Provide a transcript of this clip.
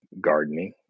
gardening